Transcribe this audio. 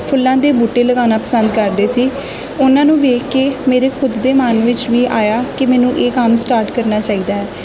ਫੁੱਲਾਂ ਦੇ ਬੂਟੇ ਲਗਾਉਣਾ ਪਸੰਦ ਕਰਦੇ ਸੀ ਉਹਨਾਂ ਨੂੰ ਵੇਖ ਕੇ ਮੇਰੇ ਖੁਦ ਦੇ ਮਨ ਵਿੱਚ ਵੀ ਆਇਆ ਕਿ ਮੈਨੂੰ ਇਹ ਕੰਮ ਸਟਾਰਟ ਕਰਨਾ ਚਾਹੀਦਾ ਹੈ